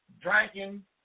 drinking